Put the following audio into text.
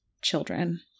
children